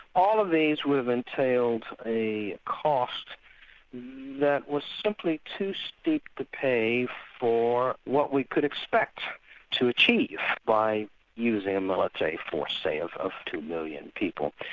all of these would have entailed a cost that was simply too steep to pay for what we could expect to achieve by using a military force say of of two million people.